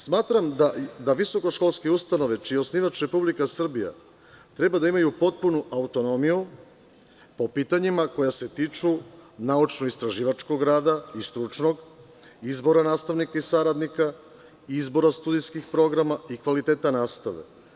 Smatram da visokoškolske ustanove čiji je osnivač Republika Srbija treba da imaju potpunu autonomiju po pitanjima koja se tiču naučnoistraživačkog rada i stručnog izbora nastavnika i saradnika, izbora studentskih programa i kvaliteta nastave.